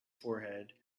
forehead